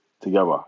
together